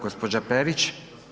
Gospođa Perić.